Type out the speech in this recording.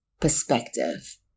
perspective